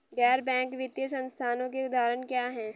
गैर बैंक वित्तीय संस्थानों के उदाहरण क्या हैं?